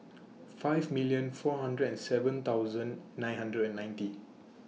five million four hundred and seven thousand nine hundred and ninety